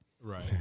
Right